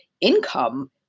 income